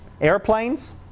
airplanes